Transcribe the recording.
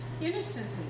innocently